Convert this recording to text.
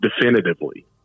definitively